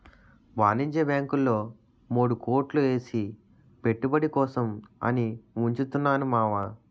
వాణిజ్య బాంకుల్లో మూడు కోట్లు ఏసి పెట్టుబడి కోసం అని ఉంచుతున్నాను మావా